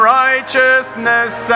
righteousness